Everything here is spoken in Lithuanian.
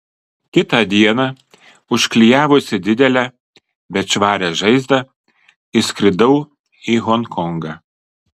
kitą dieną užklijavusi didelę bet švarią žaizdą išskridau į honkongą